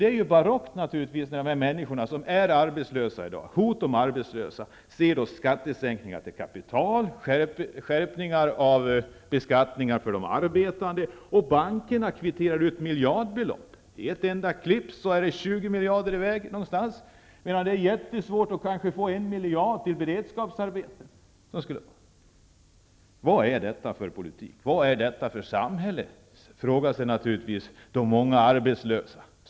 Det är barockt när människor som är arbetslösa eller lever under hot om arbetslöshet ser skattesänkningar för kapitalägare och skärpningar av beskattningen för de arbetande medan bankerna kvitterar ut miljardbelopp. I ett enda klipp sprätter man i väg 20 miljarder kronor någonstans, medan det är jättesvårt att få kanske 1 miljard kronor till beredskaparbeten. ''Vad är detta för politik? Vad är detta för samhälle?'' frågar naturligtvis de många arbetslösa.